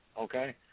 okay